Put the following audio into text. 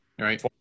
Right